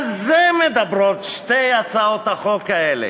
על זה מדברות שתי הצעות החוק האלה,